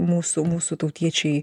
mūsų mūsų tautiečiai